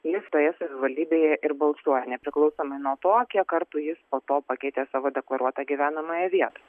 jis toje savivaldybėje ir balsuoja nepriklausomai nuo to kiek kartų jis to pakeitė savo deklaruotą gyvenamąją vietą